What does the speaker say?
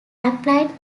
applied